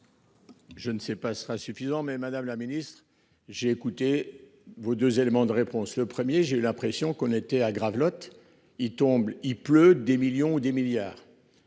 Je ne sais pas ce sera suffisant mais Madame la Ministre j'ai écouté vos 2 éléments de réponse le premier j'ai l'impression qu'on était à Gravelotte. Il tombe, il pleut des millions ou des milliards.